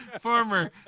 former